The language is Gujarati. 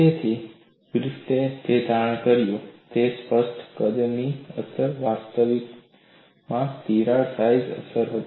તેથી ગ્રિફિથે જે તારણ કા્યું તે સ્પષ્ટ કદની અસર વાસ્તવમાં તિરાડ સાઇઝ અસર હતી